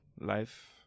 life